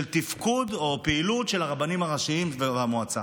תפקוד או פעילות של הרבנים הראשיים במועצה.